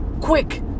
quick